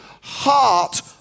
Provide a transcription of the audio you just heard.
heart